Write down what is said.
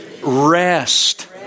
rest